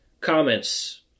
comments